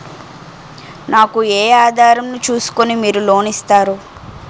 నాకు ఏ ఆధారం ను చూస్కుని మీరు లోన్ ఇస్తారు?